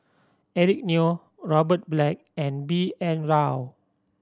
Eric Neo Robert Black and B N Rao